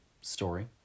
story